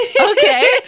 Okay